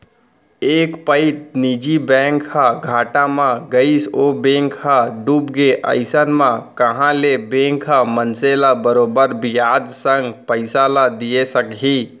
एक पइत निजी बैंक ह घाटा म गइस ओ बेंक ह डूबगे अइसन म कहॉं ले बेंक ह मनसे ल बरोबर बियाज संग पइसा ल दिये सकही